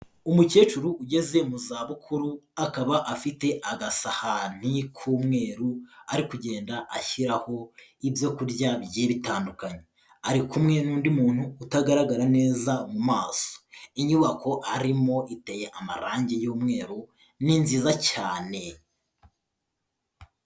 Umukecuru ugeze mu zabukuru, akaba afite agasahani k'umweru ari kugenda ashyiraho ibyo kurya bigiye bitandukanye, ari kumwe n'undi muntu utagaragara neza mu maso, inyubako arimo iteye amarangi y'umweru ni nziza cyane.